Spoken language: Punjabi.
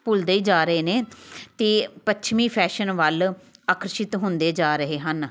ਭੁੱਲਦੇ ਜਾ ਰਹੇ ਨੇ ਅਤੇ ਪੱਛਮੀ ਫੈਸ਼ਨ ਵੱਲ ਆਕਰਸ਼ਿਤ ਹੁੰਦੇ ਜਾ ਰਹੇ ਹਨ